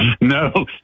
No